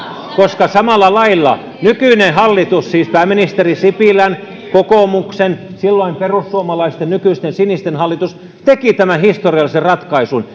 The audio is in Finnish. koska samalla lailla nykyinen hallitus siis pääministeri sipilän kokoomuksen silloin perussuomalaisten nykyisten sinisten hallitus teki historiallisen ratkaisun